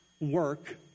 work